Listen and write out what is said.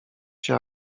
się